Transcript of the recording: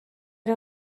der